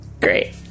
great